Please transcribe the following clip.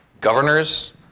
Governors